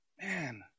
Man